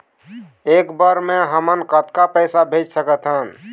एक बर मे हमन कतका पैसा भेज सकत हन?